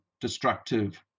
destructive